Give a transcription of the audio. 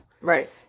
Right